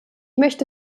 möchte